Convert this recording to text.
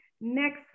next